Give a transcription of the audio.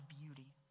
beauty